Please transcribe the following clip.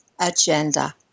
agenda